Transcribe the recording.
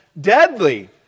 deadly